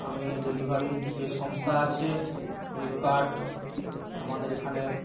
আমি ডেলিভারি যে সংস্থা আছে ফ্লিপকার্ট আমাদের এখানে